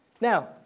Now